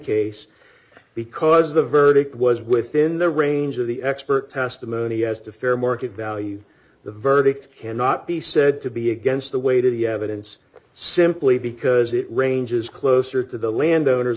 case because the verdict was within the range of the expert testimony as to fair market value the verdict cannot be said to be against the weight of the evidence simply because it ranges closer to the landowners